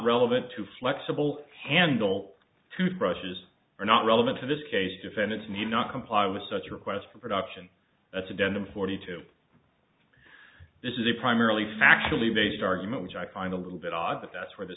relevant to flexible handle toothbrushes are not relevant to this case defendants may not comply with such requests for production that's a denim forty two this is a primarily factually based argument which i find a little bit odd but that's where th